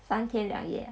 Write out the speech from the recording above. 三天两夜